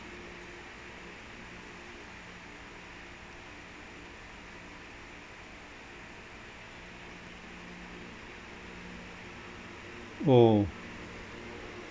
!whoa!